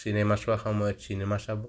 cinema চোৱাৰ সময়ত cinema চাব